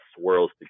swirls